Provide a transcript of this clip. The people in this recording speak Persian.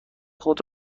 خود